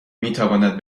میتواند